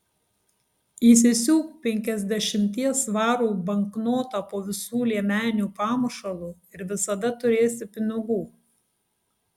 įsisiūk penkiasdešimties svarų banknotą po visų liemenių pamušalu ir visada turėsi pinigų